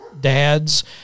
dads